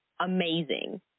amazing